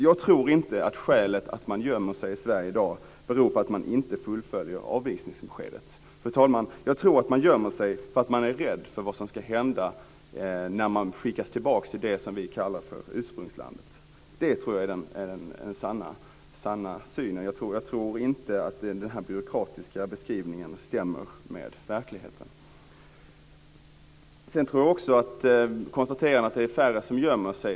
Jag tror inte att skälet till att man gömmer sig i Sverige i dag är att man inte vill att avvisningsbeskedet ska fullföljas. Fru talman! Jag tror att man gömmer sig för att man är rädd för vad som ska hända när man skickas tillbaks till det som vi kallar för ursprungslandet. Det tror jag är den sanna synen. Jag tror inte att den byråkratiska beskrivningen stämmer med verkligheten. Ministern konstaterade att det är färre som gömmer sig.